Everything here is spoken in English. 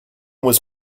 was